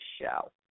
show